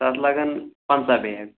تَتھ لگن پنٛژاہ بیگ